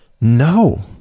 no